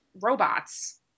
robots